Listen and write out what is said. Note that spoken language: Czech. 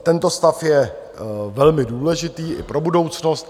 Tento stav je velmi důležitý i pro budoucnost.